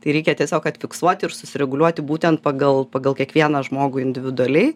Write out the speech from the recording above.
tai reikia tiesiog kad fiksuoti ir susireguliuoti būtent pagal pagal kiekvieną žmogų individualiai